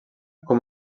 com